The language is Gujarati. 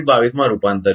22 માં રૂપાંતરિત